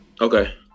Okay